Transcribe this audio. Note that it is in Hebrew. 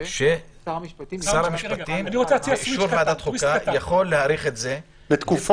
ששר המשפטים באישור ועדת חוקה יכול להאריך את זה -- רגע,